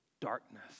darkness